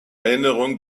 erinnerung